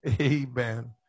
Amen